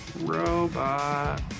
Robot